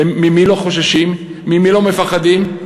ממי לא חוששים, ממי לא מפחדים,